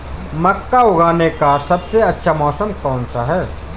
मक्का उगाने का सबसे अच्छा मौसम कौनसा है?